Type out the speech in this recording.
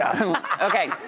okay